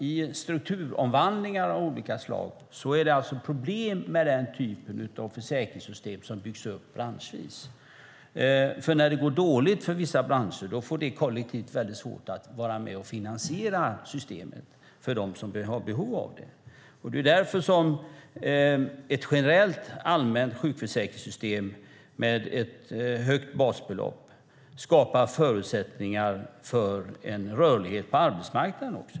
I strukturomvandlingar av olika slag blir det problem med den typen av försäkringssystem som byggs upp branschvis. När det går dåligt för vissa branscher får de kollektivt svårt att vara med och finansiera systemet för dem som har behov av det. Det är därför som ett generellt allmänt sjukförsäkringssystem med ett högt basbelopp skapar förutsättningar för rörlighet på arbetsmarknaden.